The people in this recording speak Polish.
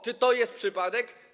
Czy to jest przypadek?